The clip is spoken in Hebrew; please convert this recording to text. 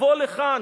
תבוא לכאן.